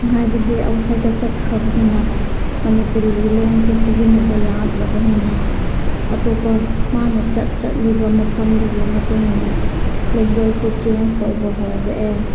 ꯍꯥꯏꯕꯗꯤ ꯑꯥꯎꯠꯁꯥꯏꯠꯇ ꯆꯠꯈ꯭ꯔꯕꯅꯤꯅ ꯃꯅꯤꯄꯨꯔꯤꯒꯤ ꯂꯣꯟꯁꯦ ꯁꯤꯖꯤꯟꯅꯕ ꯌꯥꯗ꯭ꯔꯕꯅꯤꯅ ꯑꯇꯣꯞꯄ ꯃꯥꯅ ꯆꯠꯂꯤꯕ ꯃꯐꯝꯗꯨꯒꯤ ꯃꯇꯨꯡ ꯏꯟꯅ ꯂꯦꯡꯒ꯭ꯋꯦꯖꯁꯦ ꯆꯦꯟꯖ ꯇꯧꯕ ꯍꯧꯔꯛꯑꯦ